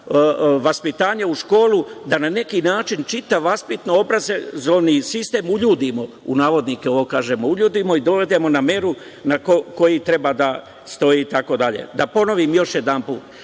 da na neki način čitav vaspitno obrazovni sistem uljudimo, u navodnike ovo kažem, uljudimo, i dovedemo na meru koju treba da stoji, itd. Da ponovim, još jedan put.